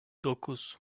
dokuz